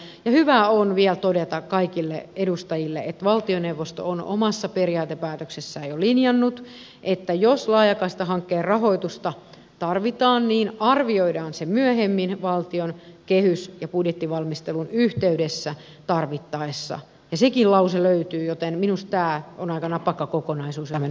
ja hyvä on vielä todeta kaikille edustajille että valtioneuvosto on omassa periaatepäätöksessään jo linjannut että jos laajakaistahankkeen rahoitusta tarvitaan niin arvioidaan se myöhemmin valtion kehys ja budjettivalmistelun yhteydessä tarvittaessa ja sekin lause löytyy joten minusta tämä on aika napakka kokonaisuus jota me nyt edistämme